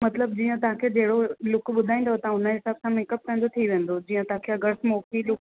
मतिलबु जीअं तव्हांखे जहिड़ो लुक ॿुधाईंदो तव्हां उनजे हिसाब सां मेकअप तव्हांजो थी वेंदो जीअं अगरि तव्हांखे स्मोकी लुक